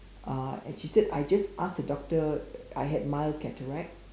uh and she said I just asked the doctor I had mild cataract